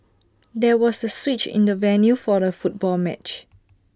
there was A switch in the venue for the football match